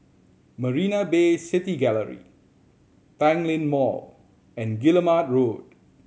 Marina Bay City Gallery Tanglin Mall and Guillemard Road